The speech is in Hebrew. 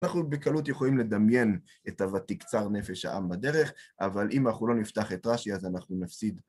אנחנו בקלות יכולים לדמיין את ה"ותקצר נפש העם בדרך", אבל אם אנחנו לא נפתח את רש"י, אז אנחנו נפסיד.